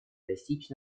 достичь